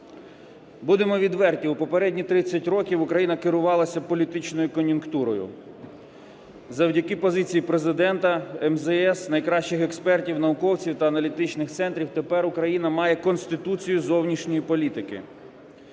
Будемо відверті, в попередні 30 років Україна керувалася політичною кон'юнктурою. Завдяки позиції Президента, МЗС, найкращих експертів, науковців та аналітичних центрів тепер Україна має конституцію зовнішньої політики,